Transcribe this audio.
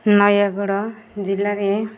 ନୟାଗଡ଼ ଜିଲ୍ଲାରେ